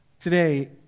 today